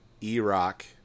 E-Rock